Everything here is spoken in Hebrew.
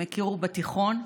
הם הכירו בתיכון.